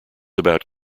about